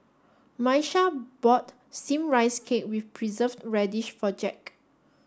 Miesha bought steamed rice cake with preserved radish for Jack